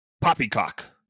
poppycock